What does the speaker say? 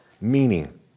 meaning